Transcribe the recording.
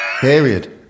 Period